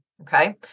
okay